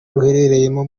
ruherereyemo